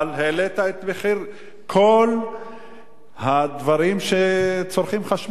העלית את מחיר כל הדברים שצורכים חשמל.